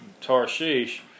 Tarshish